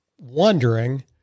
wondering